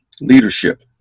leadership